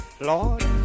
lord